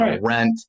rent